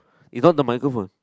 you talk to microphone